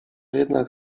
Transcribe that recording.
jednak